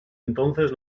entonces